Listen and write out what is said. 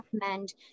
recommend